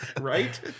Right